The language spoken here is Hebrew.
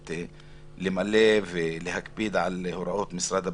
למלא ולהקפיד על הוראות משרד הבריאות.